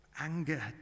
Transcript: Anger